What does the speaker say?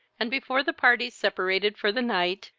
and, before the parties separated for the night,